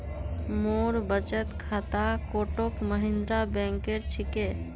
मोर बचत खाता कोटक महिंद्रा बैंकेर छिके